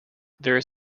there